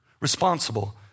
responsible